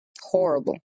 Horrible